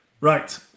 Right